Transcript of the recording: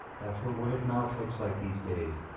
that's what word of mouth looks like these days,